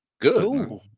good